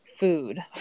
food